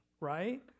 right